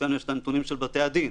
אצלנו יש נתונים של בתי הדין.